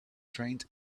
trained